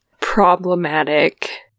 problematic